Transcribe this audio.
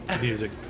music